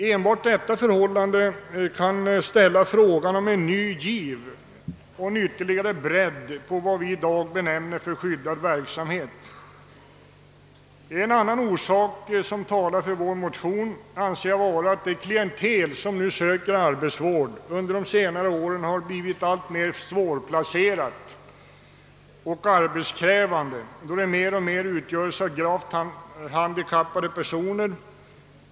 Enbart detta kan motivera en ny giv, ytterligare bredd på vad vi benämner skyddad verksamhet. Ett annat förhållande som talar för vår motion anser jag vara att det klientel, som söker arbetsvård, under de senare åren blivit alltmer svårplacerat och arbetskrävande, då det mer och mer utgörs av gravt handikappade personer.